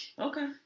okay